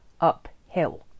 uphill